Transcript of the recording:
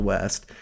West